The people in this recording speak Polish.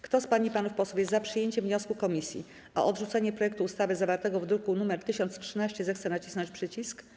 Kto z pań i panów posłów jest za przyjęciem wniosku komisji o odrzucenie projektu ustawy zawartego w druku nr 1013, zechce nacisnąć przycisk.